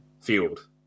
field